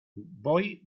voy